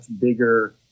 bigger